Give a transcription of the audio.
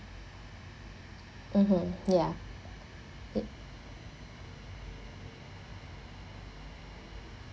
(uh huh) ya it